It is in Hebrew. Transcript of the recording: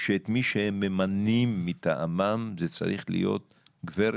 שאת מי שהם ממנים מטעמם זה צריך להיות גברת,